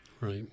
right